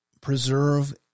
preserve